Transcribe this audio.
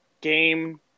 game